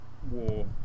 War